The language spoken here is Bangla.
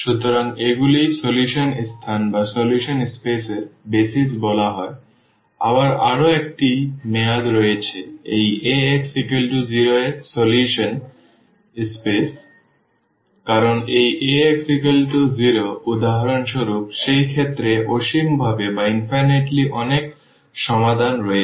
সুতরাং এগুলো সমাধান স্থান এর বেসিস বলা হয় আবার আরও একটি মেয়াদ এসেছে এই Ax 0 এর সমাধান স্থান কারণ এই Ax 0 উদাহরণস্বরূপ সেই ক্ষেত্রে অসীম ভাবে অনেক সমাধান রয়েছে